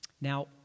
Now